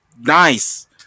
Nice